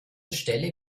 stelle